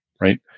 right